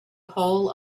whole